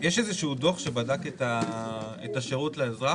יש איזשהו דוח שבדק את השירות לאזרח?